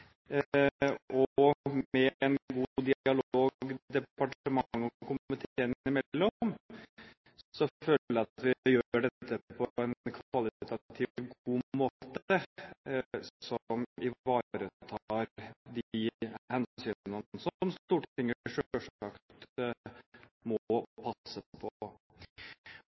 og med en god dialog departementet og komiteen imellom, føler jeg at vi gjør dette på en kvalitativ god måte som ivaretar de hensynene som Stortinget selvsagt må passe på.